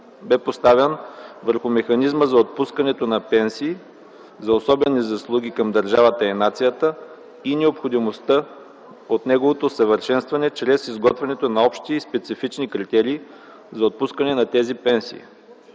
бе поставен върху механизма за отпускането на пенсии за особени заслуги към държавата и нацията и необходимостта от неговото усъвършенстване чрез изготвянето на общи и специфични критерии за отпускане на тези пенсии.